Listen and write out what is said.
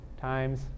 times